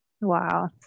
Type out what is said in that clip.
Wow